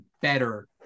better